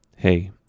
Hey